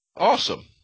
Awesome